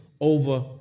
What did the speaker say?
over